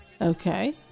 Okay